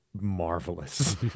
marvelous